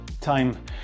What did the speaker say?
time